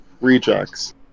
rejects